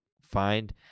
find